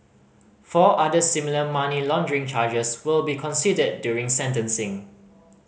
four other similar money laundering charges will be considered during sentencing